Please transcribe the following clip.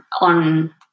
on